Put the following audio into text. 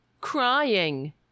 crying